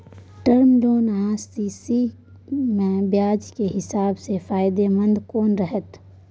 Term loan आ CC म ब्याज के हिसाब से फायदेमंद कोन रहते?